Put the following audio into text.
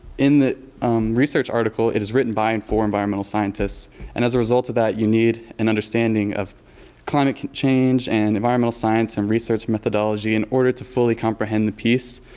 in the research article, it is written by and for environmental scientists and as a result of that you need an understanding of climate change and environmental science and research methodology in order to fully comprehend the piece.